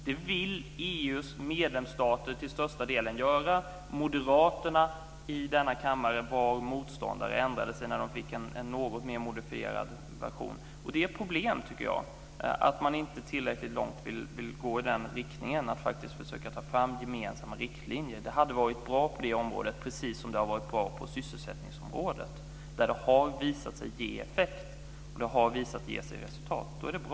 Det vill EU:s medlemsstater till största delen göra. Moderaterna i denna kammare var motståndare men ändrade sig när de fick en något mer modifierad version. Jag tycker att det är ett problem att man inte vill gå tillräckligt långt i den riktningen och försöka ta fram gemensamma riktlinjer. Det hade varit bra på det området, precis som det har varit bra på sysselsättningsområdet. Där har det visat sig ge effekt. Det har visat sig ge resultat. Det är bra.